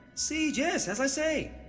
si, yes. as i say,